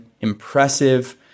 impressive